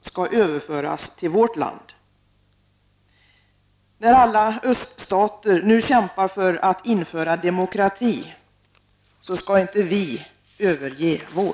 skall överföras till vårt land. När alla öststater nu kämpar för att införa demokrati skall inte vi överge vår.